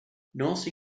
nasty